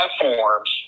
platforms